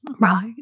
Right